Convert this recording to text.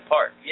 Park